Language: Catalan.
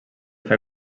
fer